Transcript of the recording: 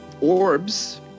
orbs